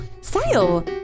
sale